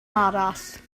arall